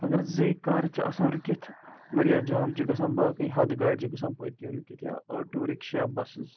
اگر زٕے کارٕ چھِ آسان رُکِتھ واریاہ جام چھِ گژھان باقٕے ہَتھ گاڑِ چھِ گژھان پٔتۍ کِنۍ رُکِتھ یا آٹو رِکشہ بَسٕز